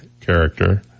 character